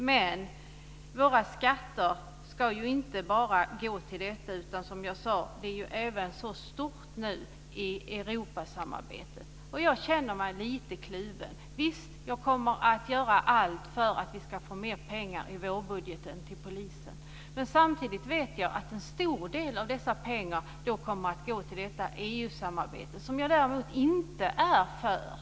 Men våra skatter ska ju inte bara gå till detta. Europasamarbetet är ju så stort nu. Jag känner mig lite kluven. Jag kommer att göra allt för att vi ska få mer pengar till polisen i vårbudgeten. Samtidigt vet jag att en stor del av dessa pengar kommer att gå till detta EU-samarbete, vilket jag däremot inte är för.